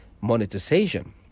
monetization